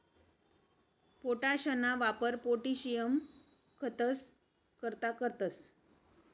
पोटाशना वापर पोटाशियम खतंस करता करतंस